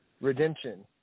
redemption